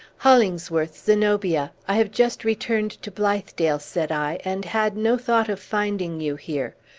hollingsworth zenobia i have just returned to blithedale, said i, and had no thought of finding you here.